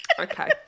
Okay